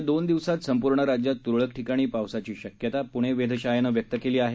येत्या दोन दिवसात संपूर्ण राज्यात त्रळक ठिकाणी पावसाची शक्यता प्णे वेधशाळेनं व्यक्त केली आहे